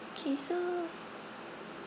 okay so